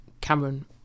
Cameron